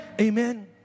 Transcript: Amen